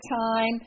time